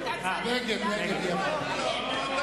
נגד תתביישי לך, שרת הקליטה.